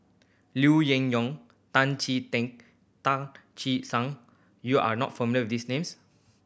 Liu Yin Yew Tan Chee Teck Tan Che Sang you are not familiar with these names